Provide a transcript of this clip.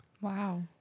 Wow